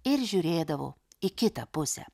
ir žiūrėdavo į kitą pusę